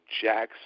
Jackson